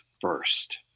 first